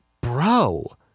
bro